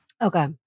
Okay